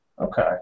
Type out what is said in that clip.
Okay